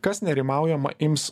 kas nerimaujama ims